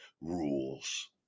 rules